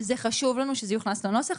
חשוב לנו שזה יוכנס לנוסח.